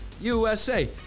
USA